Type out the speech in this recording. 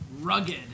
Rugged